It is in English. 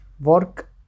work